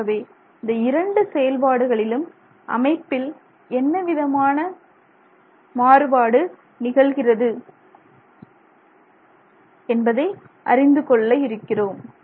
ஆகவே இந்த இரண்டு செயல்பாடுகளிலும் அமைப்பில் என்னவிதமான மாறுபாடு நிகழ்கிறது என்பதை அறிந்து கொள்ள இருக்கிறோம்